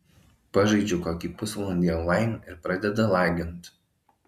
pažaidžiu kokį pusvalandi onlain ir pradeda lagint